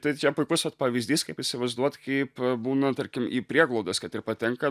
tai čia puikus vat pavyzdys kaip įsivaizduot kaip būna tarkim į prieglaudas kad ir patenka